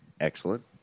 Excellent